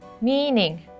meaning